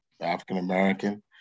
African-American